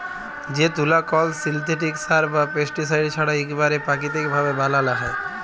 যে তুলা কল সিল্থেটিক সার বা পেস্টিসাইড ছাড়া ইকবারে পাকিতিক ভাবে বালাল হ্যয়